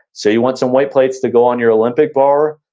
so you want some weight plates to go on your olympic bar.